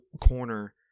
corner